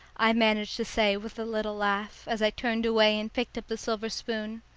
i managed to say with a little laugh, as i turned away and picked up the silver spoon.